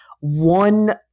one